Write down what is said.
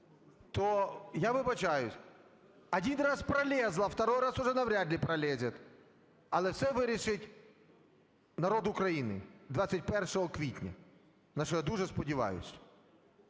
то, я вибачаюсь, один раз пролезло - второй раз уже навряд ли пролезет. Але все вирішить народ України 21 квітня, на що я дуже сподіваюся.